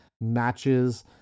matches